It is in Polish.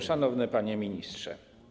Szanowny Panie Ministrze!